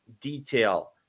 detail